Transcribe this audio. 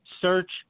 search